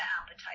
appetite